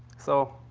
so,